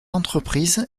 entreprise